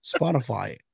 Spotify